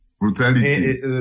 brutality